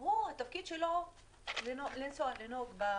הוא, התפקיד שלו לנסוע, לנהוג.